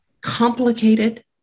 complicated